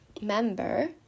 member